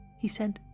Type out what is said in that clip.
he said.